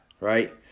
Right